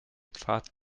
pfad